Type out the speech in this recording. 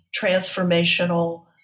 transformational